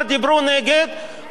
כולם,